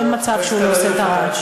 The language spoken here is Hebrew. אין מצב שהוא לא עושה את הרעש.